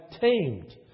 tamed